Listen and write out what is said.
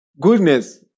Goodness